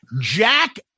Jack